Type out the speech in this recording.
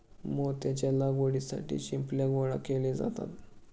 मोत्याच्या लागवडीसाठी शिंपल्या गोळा केले जातात